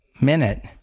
minute